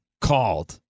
called